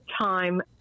time